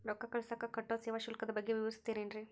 ರೊಕ್ಕ ಕಳಸಾಕ್ ಕಟ್ಟೋ ಸೇವಾ ಶುಲ್ಕದ ಬಗ್ಗೆ ವಿವರಿಸ್ತಿರೇನ್ರಿ?